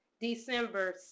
December